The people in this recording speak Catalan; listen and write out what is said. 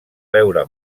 beure